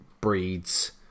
breeds